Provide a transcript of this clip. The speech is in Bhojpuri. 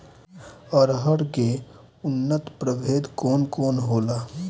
अरहर के उन्नत प्रभेद कौन कौनहोला?